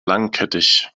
langkettig